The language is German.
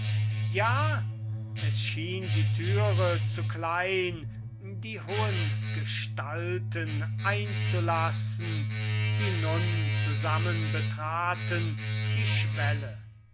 ja es schien die türe zu klein die hohen gestalten einzulassen die nun zusammen betraten die schwelle